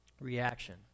reaction